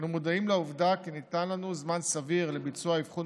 אנו מודעים לעובדה כי ניתן לנו זמן סביר לביצוע האבחון